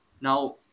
Now